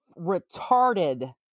retarded